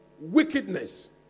Wickedness